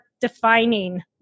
defining